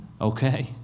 Okay